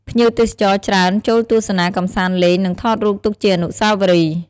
ភ្ញៀវទេសចរច្រើនចូលទស្សនាកម្សាន្តលេង និងថតរូបទុកជាអនុស្សាវររីយ៍។